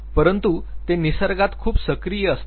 परंतु ते निसर्गात खूप सक्रिय असतील